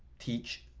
teach,